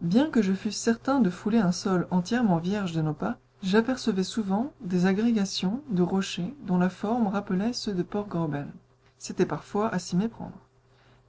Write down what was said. bien que je fusse certain de fouler un sol entièrement vierge de nos pas j'apercevais souvent des agrégations de rochers dont la forme rappelait ceux de port graüben c'était parfois à s'y méprendre